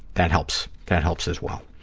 that helps that helps as well.